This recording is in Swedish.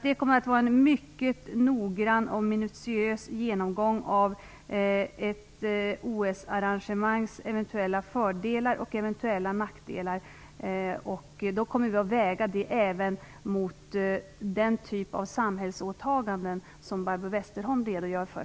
Det kommer att ske en mycket noggrann och minituös genomgång av ett OS-arrangemangs eventuella fördelar och eventuella nackdelar. Det kommer även att vägas mot den typ av samhällsåtaganden som Barbro Westerholm här redogör för.